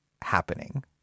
happening